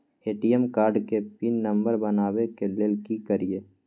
ATM card के pin number बनाबै के लेल की करिए?